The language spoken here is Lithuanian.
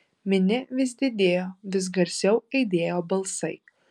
minia vis didėjo vis garsiau aidėjo balsai